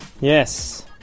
Yes